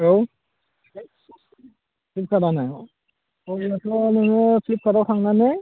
औ फ्लिपकार्टआवनो अब्लानाथ' नोङो फ्लिपकार्टआव थांनानै